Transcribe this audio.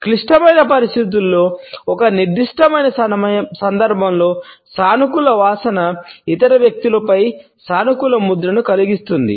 క్లిష్టమైన పరిస్థితిలో ఒక నిర్దిష్ట సందర్భంలో సానుకూల వాసన ఇతర వ్యక్తులపై సానుకూల ముద్రను కలిగిస్తుంది